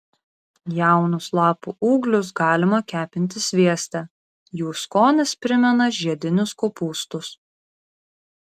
jaunus lapų ūglius galima kepinti svieste jų skonis primena žiedinius kopūstus